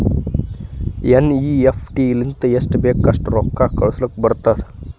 NEFT ಲಿಂತ ಎಸ್ಟ್ ಬೇಕ್ ಅಸ್ಟ್ ರೊಕ್ಕಾ ಕಳುಸ್ಲಾಕ್ ಬರ್ತುದ್